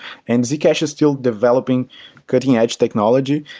and z cash is still developing cutting edge technology.